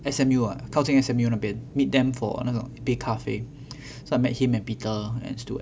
S_M_U ah 靠近 S_M_U 那边 meet them for 那个一杯咖啡 so I met him and peter and stewart